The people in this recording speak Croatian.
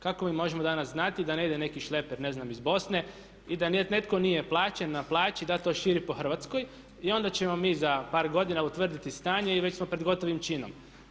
Kako mi možemo danas znati da ne ide neki šleper ne znam iz Bosne i da netko nije plaćen, na plaći da to širi po Hrvatskoj i onda ćemo mi za par godina utvrditi stanje i već smo pred gotovim činom.